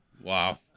Wow